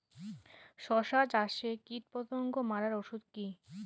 শসা চাষে কীটপতঙ্গ মারার ওষুধ কি?